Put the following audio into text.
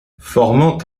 formant